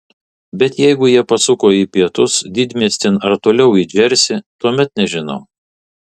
bet jeigu jie pasuko į pietus didmiestin ar toliau į džersį tuomet nežinau